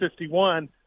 51